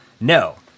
No